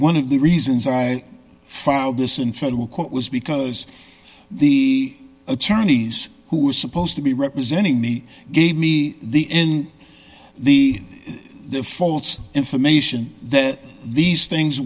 one of the reasons i filed this in federal court was because the attorneys who were supposed to be representing me gave me the in the false information that these things